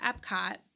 Epcot